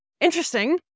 Interesting